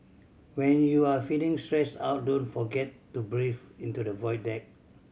when you are feeling stressed out don't forget to breathe into the